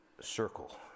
circle